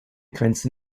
grenze